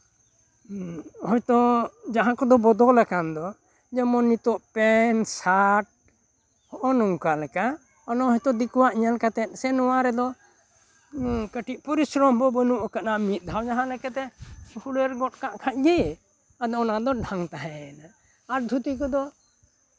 ᱦᱚᱭᱛᱳ ᱡᱟᱦᱟᱸ ᱠᱚᱫᱚ ᱵᱚᱫᱚᱞ ᱟᱠᱟᱱ ᱫᱚ ᱡᱮᱢᱚᱱ ᱱᱤᱛᱚᱜ ᱯᱮᱱ ᱥᱟᱴ ᱦᱚᱜᱼᱚᱭ ᱱᱚᱝᱠᱟ ᱚᱱᱟ ᱦᱚᱭᱛᱳ ᱫᱤᱠᱩᱣᱟᱜ ᱧᱮᱞ ᱠᱟᱛᱮᱜ ᱥᱮ ᱱᱚᱣᱟ ᱨᱮᱫᱚ ᱠᱟᱹᱴᱤᱡ ᱯᱚᱨᱤᱥᱚᱨᱚᱢ ᱦᱚᱸ ᱵᱟᱹᱱᱩᱜ ᱠᱟᱫᱟ ᱢᱤᱫ ᱫᱷᱟᱣ ᱡᱟᱦᱟᱸ ᱞᱮᱠᱟᱛᱮ ᱦᱩᱲᱟᱹᱨ ᱜᱚᱜ ᱠᱷᱟᱡ ᱜᱮ ᱟᱫᱚ ᱚᱱᱟ ᱫᱚ ᱰᱷᱟᱝ ᱛᱟᱦᱮᱸᱭᱮᱱᱟ ᱟᱨ ᱫᱷᱩᱛᱤ ᱠᱚᱫᱚ